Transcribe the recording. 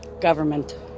government